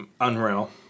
unreal